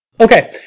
Okay